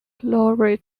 glory